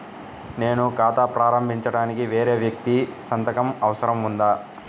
నేను ఖాతా ప్రారంభించటానికి వేరే వ్యక్తి సంతకం అవసరం ఉందా?